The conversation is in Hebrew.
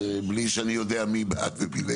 בלי שאני יודע מי בעד ומי נגד.